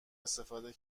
استفاده